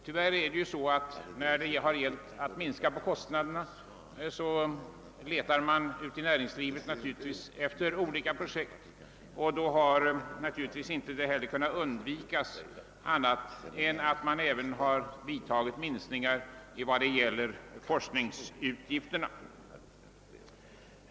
När det gäller att minska på kostnaderna letar man självfallet ute i näringslivet efter olika projekt, och då har det inte kunnat undvikas att man även minskat på forskningsutgifterna.